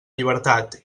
llibertat